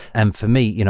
and for me, you know